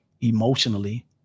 emotionally